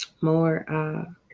more